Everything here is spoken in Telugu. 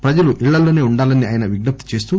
ప్రజలు ఇళ్లలోనే ఉండాలని ఆయన విజ్సప్తిచేస్తూ